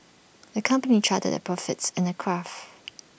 the company charted their profits in A graph